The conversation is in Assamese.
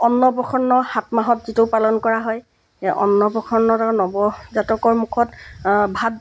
অন্নপ্ৰাশন সাত মাহত যিটো পালন কৰা হয় অন্নপ্ৰাশনত আৰু নৱজাতকৰ মুখত ভাত